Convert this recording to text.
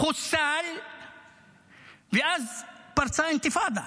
חוסל ואז פרצה האינתיפאדה.